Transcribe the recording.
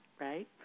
right